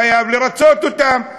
חייב לרצות אותם.